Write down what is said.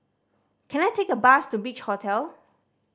can I take a bus to Beach Hotel